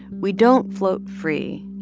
we don't float free,